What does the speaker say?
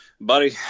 Buddy